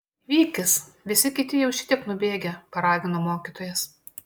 vykis visi kiti jau šitiek nubėgę paragino mokytojas